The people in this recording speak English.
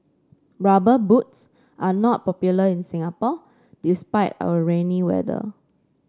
rubber boots are not popular in Singapore despite our rainy weather